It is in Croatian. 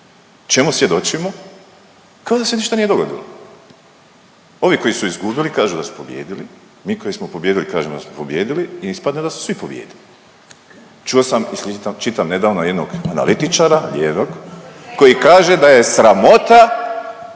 čemu svjedočimo kao da se ništa nije dogodilo. Ovi koji su izgubili kažu da su pobijedili, mi koji smo pobijedili kažemo da smo pobijedili i ispada da su svi pobijedili. Čuo sam i čitam nedavno jednog analitičara lijevog koji kaže da je sramota,